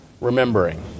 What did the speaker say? remembering